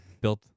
Built